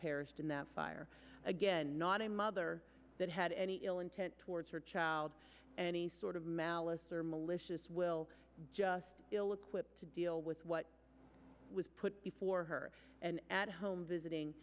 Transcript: perished in that fire again not a mother that had any ill intent towards her child any sort of malice or malicious will just ill equipped to deal with what was put before her and at home visiting